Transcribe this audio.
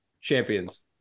champions